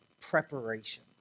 preparation